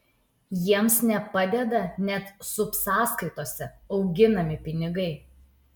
jiems nepadeda net subsąskaitose auginami pinigai